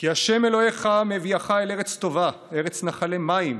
"כי ה' אלהיך מביאך אל ארץ טובה, ארץ נחלי מים,